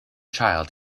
child